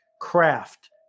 craft